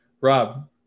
Rob